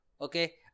okay